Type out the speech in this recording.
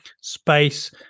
space